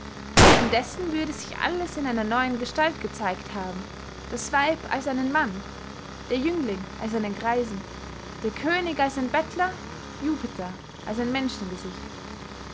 indessen würde sich alles in einer neuen gestalt gezeigt haben das weib als einen mann der jüngling als einen greisen der könig als einen bettler jupiter als ein